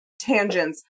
tangents